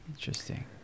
Interesting